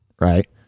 right